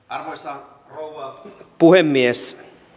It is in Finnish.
arvoisa rouva puhemies